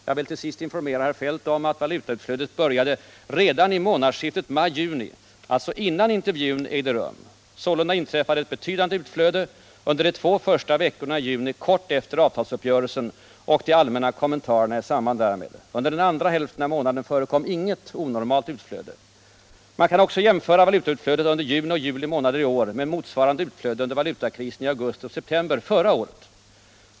Jag vill till sist informera herr Feldt om att valutautflödet började redan i månadsskiftet maj-juni, alltså innan intervjun ägde rum. Sålunda inträffade ett betydande utflöde under de två första veckorna i juni kort efter avtalsuppgörelsen och de allmänna kommentarerna i samband därmed. Under den andra hälften av månaden förekom inget onormalt utflöde. Man kan också jämföra valutautflödet under juni och juli månader i år med motsvarande utflöde under valutakrisen i augusti och september förra året.